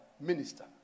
minister